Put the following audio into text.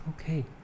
Okay